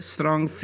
Strong